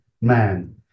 man